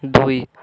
ଦୁଇ